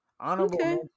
honorable